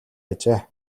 ажээ